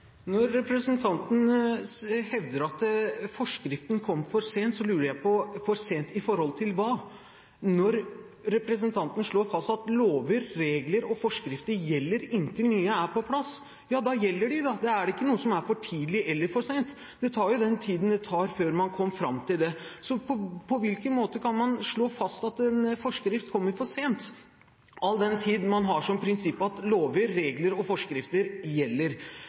Når representanten hevder at forskriften kom for sent, lurer jeg på: for sent i forhold til hva? Når representanten slår fast at lover, regler og forskrifter gjelder inntil nye er på plass – ja, da gjelder de. Da er det ikke noe som er for tidlig eller for sent, det tar den tiden det tar før man kommer fram til det. Så på hvilken måte kan man slå fast at en forskrift kommer for sent, all den tid man har som prinsipp at lover, regler og forskrifter gjelder?